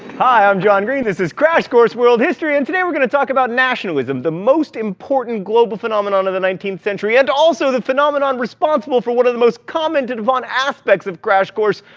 hi, i'm john green. this is crash course world history, and today we're going to talk about nationalism, the most important global phenomenon of the nineteenth century and also the phenomenon responsible for one of the most commented-upon aspects of crash course,